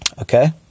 Okay